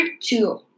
two